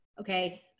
okay